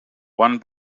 one